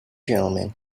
gentlemen